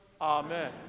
Amen